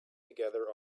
together